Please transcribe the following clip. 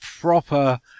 proper